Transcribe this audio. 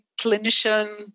clinician